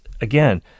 again